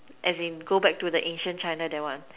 as in go back to the ancient China that one